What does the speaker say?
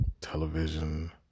Television